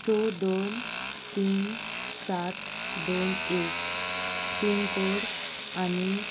स दोन तीन सात दोन एक पिनकोड आनी